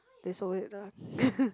they sold it ah